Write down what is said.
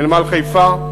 לנמל חיפה,